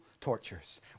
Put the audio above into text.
tortures